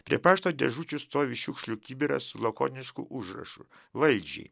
prie pašto dėžučių stovi šiukšlių kibiras su lakonišku užrašu valdžiai